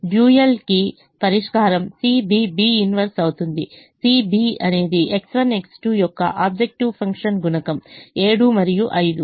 dual కి పరిష్కారం CB B 1 అవుతుంది CB అనేది X1 X2 యొక్క ఆబ్జెక్టివ్ ఫంక్షన్ గుణకం 7 మరియు 5